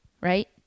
right